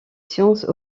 sciences